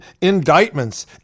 indictments